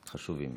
חשובים.